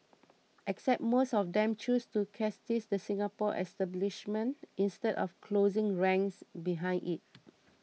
except most of them chose to chastise the Singapore establishment instead of 'closing ranks' behind it